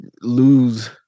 lose